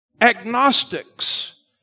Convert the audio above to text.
agnostics